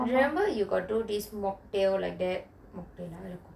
remember you got do this mocktail like that mocktail